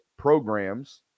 programs